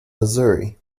missouri